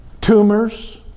tumors